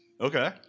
Okay